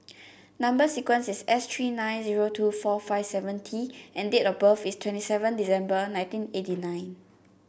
number sequence is S three nine zero two four five seven T and date of birth is twenty seven December nineteen eighty nine